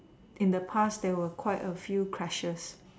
in the past there were quite a few crashes